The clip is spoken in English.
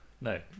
No